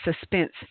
suspense